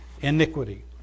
iniquity